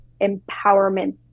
empowerment